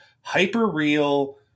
hyper-real